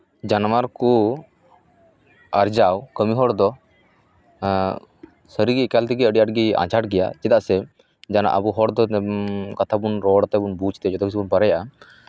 ᱡᱟᱱᱣᱟᱨ ᱠᱚ ᱟᱨᱡᱟᱣ ᱠᱟᱹᱢᱤ ᱦᱚᱲ ᱫᱚ ᱟᱨ ᱥᱟᱹᱨᱤᱜᱮ ᱮᱠᱟᱞ ᱛᱮᱜᱮ ᱟᱹᱰᱤ ᱟᱸᱴ ᱜᱮ ᱟᱸᱡᱷᱟᱴ ᱜᱮᱭᱟ ᱪᱮᱫᱟᱜ ᱥᱮ ᱡᱮᱢᱚᱱ ᱟᱵᱚ ᱦᱚᱲ ᱫᱚ ᱠᱟᱛᱷᱟ ᱵᱚᱱ ᱨᱚᱲ ᱛᱮᱵᱚᱱ ᱵᱩᱡᱽ ᱛᱮ ᱡᱚᱛᱚᱠᱤᱪᱷᱩ ᱵᱚᱱ ᱫᱟᱲᱮᱭᱟᱜᱼᱟ